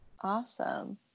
Awesome